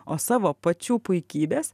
o savo pačių puikybės